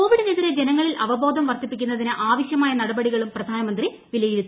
കോവിഡിനെതിരെ ജനങ്ങളിൽ അവബോധം വർദ്ധിപ്പിക്കുന്നതിന് ആവശ്യമായ നടപടികളും പ്രധാനമന്ത്രി വിലയിരുത്തി